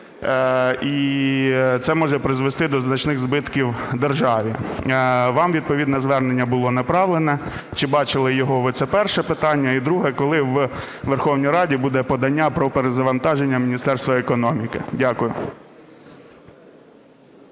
і це може призвести до значних збитків державі? Вам відповідне звернення було направлено. Чи бачили його ви? Це перше питання. І друге. Коли у Верховній Раді буде подання про перезавантаження Міністерства економіки? Дякую.